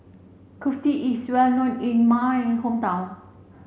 Kulfi is well known in my hometown